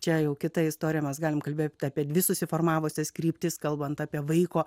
čia jau kitais tariamas galime kalbėti apie dvi susiformavusias kryptis kalbant apie vaiko